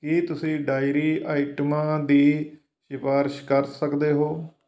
ਕੀ ਤੁਸੀਂ ਡਾਇਰੀ ਆਈਟਮਾਂ ਦੀ ਸਿਫਾਰਸ਼ ਕਰ ਸਕਦੇ ਹੋ